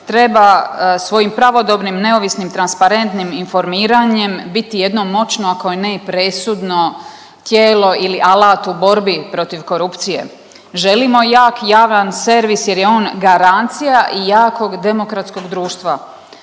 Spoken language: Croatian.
treba svojim pravodobnim, neovisnim, transparentnim informiranjem biti jedno moćno ako ne i presudno tijelo ili alat u borbi protiv korupcije. Želimo jak, javan servis jer je on garancija jakog demokratskog društva,